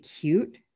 cute